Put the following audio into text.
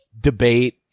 debate